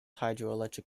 hydroelectric